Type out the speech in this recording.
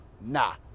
nah